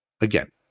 again